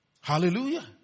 Hallelujah